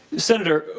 senator,